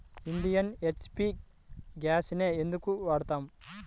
Indian, HP గ్యాస్లనే ఎందుకు వాడతాము?